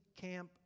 Camp